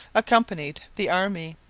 accompanied the army.